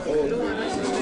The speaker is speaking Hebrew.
ערב טוב לכולם.